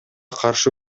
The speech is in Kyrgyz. каршы